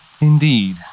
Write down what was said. Indeed